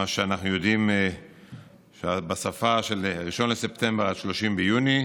מה שאנחנו יודעים בשפה, 1 בספטמבר עד 30 ביוני,